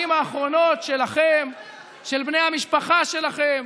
האחרונות שלכם ושל בני המשפחה שלכם,